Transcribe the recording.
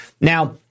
Now